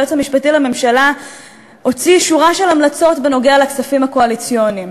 היועץ המשפטי לממשלה הוציא שורה של המלצות בנוגע לכספים הקואליציוניים,